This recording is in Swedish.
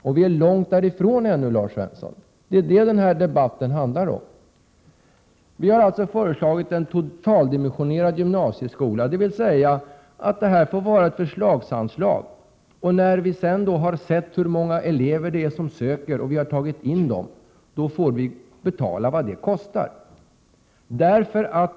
Men vi är fortfarande långt därifrån, Lars Svensson, och det är detta debatten handlar om. Vi har föreslagit en totaldimensionerad gymnasieskola, dvs. att det skall vara förslagsanslag. När vi sedan har sett hur många elever som söker och tagit in dem, då får vi betala vad det kostar.